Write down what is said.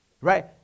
right